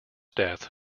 death